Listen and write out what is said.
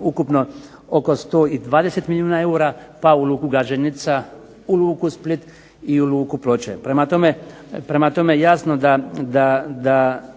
ukupno oko 120 milijuna kuna, pa u luku Gaženica, u luku Split, i u luku Ploče. Prema tome jasno da